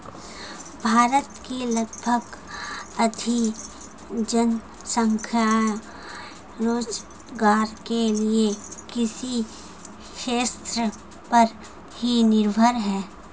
भारत की लगभग आधी जनसंख्या रोज़गार के लिये कृषि क्षेत्र पर ही निर्भर है